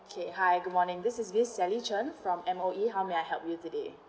okay hi good morning this is miss sally chen from M_O_E how may I help you today